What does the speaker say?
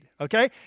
okay